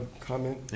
comment